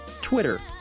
Twitter